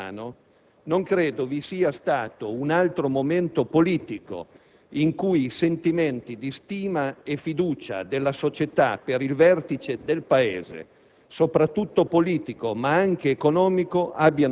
Diceva qualche tempo fa l'opinionista Sergio Romano: «non credo vi sia stato un altro momento politico in cui i sentimenti di stima e fiducia della società per il vertice del Paese